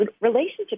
relationships